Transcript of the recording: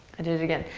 i did it again.